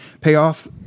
payoff